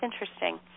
Interesting